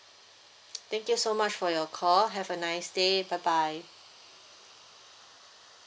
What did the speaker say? thank you so much for your call have a nice day bye bye